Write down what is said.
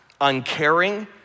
uncaring